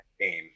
game